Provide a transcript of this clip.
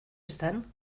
están